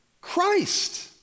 Christ